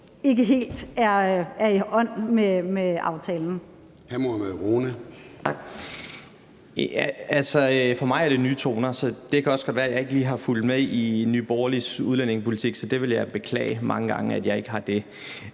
Tak. Altså, for mig er det nye toner. Det kan også godt være, jeg ikke lige har fulgt med i Nye Borgerliges udlændingepolitik, og jeg vil beklage mange gange, at jeg ikke har det.